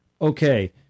okay